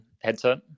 headset